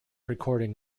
recording